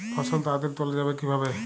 ফসল তাড়াতাড়ি তোলা যাবে কিভাবে?